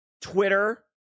Twitter